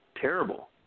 terrible